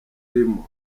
urimo